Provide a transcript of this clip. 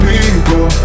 people